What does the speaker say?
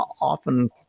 often